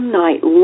night